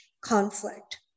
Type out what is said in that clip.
conflict